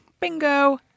Bingo